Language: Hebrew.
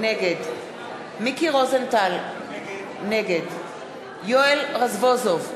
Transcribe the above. נגד מיקי רוזנטל, נגד יואל רזבוזוב,